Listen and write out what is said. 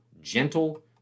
Gentle